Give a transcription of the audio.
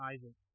Isaac